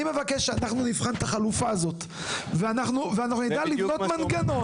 אני מבקש שנבחן את החלופה הזו ונבנה מנגנון.